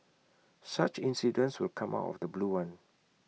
such incidents will come out of the blue one